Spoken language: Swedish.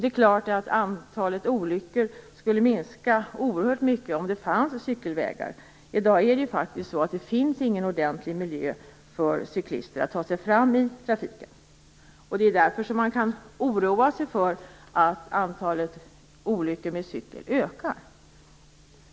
Det är klart att antalet olyckor skulle minska oerhört mycket om det fanns cykelvägar. I dag finns det faktiskt ingen ordentlig miljö för cyklister som vill ta sig fram i trafiken. Det är oroande att antalet olyckor med cykel ökar.